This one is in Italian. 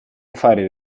fare